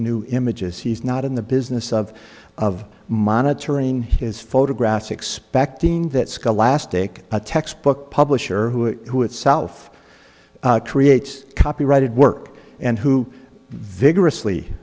new images he's not in the business of of monitoring his photographs expecting that skull lastic a textbook publisher who who itself creates copyrighted work and who vigorously